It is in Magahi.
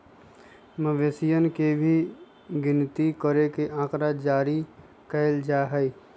मवेशियन के भी गिनती करके आँकड़ा जारी कइल जा हई